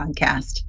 Podcast